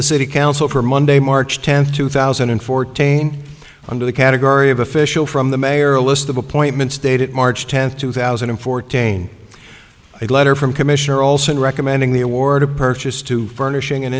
the city council for monday march tenth two thousand and fourteen under the category of official from the mayor a list of appointments dated march tenth two thousand and fourteen a letter from commissioner olson recommending the award of purchase to furnishing and